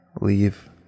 leave